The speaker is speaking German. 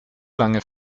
lange